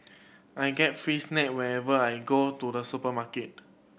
I get free snack whenever I go to the supermarket